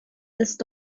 ist